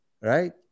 Right